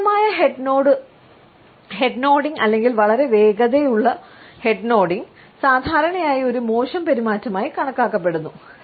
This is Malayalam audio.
അനുചിതമായ ഹെഡ് നോഡിംഗ് അല്ലെങ്കിൽ വളരെ വേഗതയുള്ള ഹെഡ് നോഡിംഗ് സാധാരണയായി ഒരു മോശം പെരുമാറ്റമായി കണക്കാക്കപ്പെടുന്നു